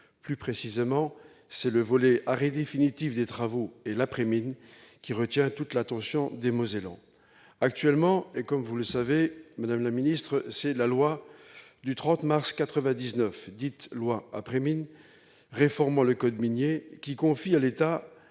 Plus précisément, c'est le volet « arrêt définitif des travaux et après-mine » qui retient toute l'attention des Mosellans. À l'heure actuelle, comme vous le savez, madame la secrétaire d'État, c'est la loi du 30 mars 1999, dite loi après-mine, réformant le code minier, qui confie à l'État